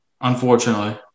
Unfortunately